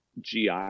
GI